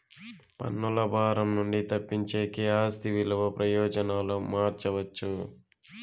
పన్నుల భారం నుండి తప్పించేకి ఆస్తి విలువ ప్రయోజనాలు మార్చవచ్చు